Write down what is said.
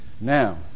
Now